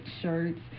shirts